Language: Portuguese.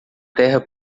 terra